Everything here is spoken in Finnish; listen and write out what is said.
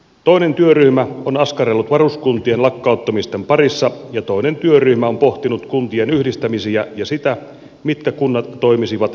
toinen työryhmä on askarrellut varuskuntien lakkauttamisten parissa ja toinen työryhmä on pohtinut kuntien yhdistämisiä ja sitä mitkä kunnat toimisivat keskuskuntina